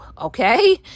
okay